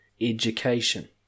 education